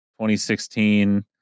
2016